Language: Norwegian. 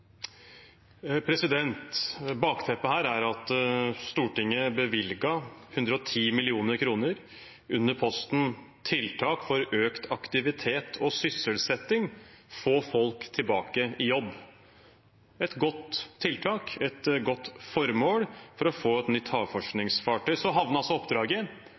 at Stortinget bevilget 110 mill. kr under posten «Tiltak for økt aktivitet og sysselsetting – få folk tilbake i jobb». Det var et godt tiltak, et godt formål for å få et nytt havforskningsfartøy. Så havnet altså oppdraget